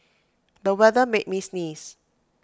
the weather made me sneeze